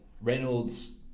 Reynolds